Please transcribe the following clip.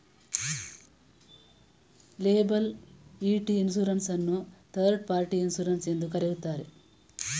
liability insurance ಅನ್ನು third party insurance ಎಂದು ಕರೆಯುತ್ತಾರೆ